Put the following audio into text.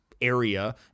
area